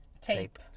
Tape